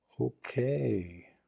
okay